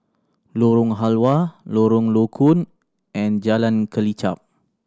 Lorong Halwa Lorong Low Koon and Jalan Kelichap